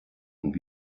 und